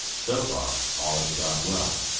so far all had gone well,